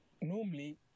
normally